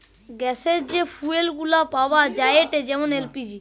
গ্যাসের যে ফুয়েল গুলা পাওয়া যায়েটে যেমন এল.পি.জি